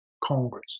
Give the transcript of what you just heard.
Congress